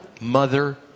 mother